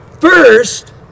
First